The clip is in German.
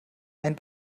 ein